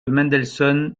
mendelssohn